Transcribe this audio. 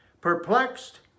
Perplexed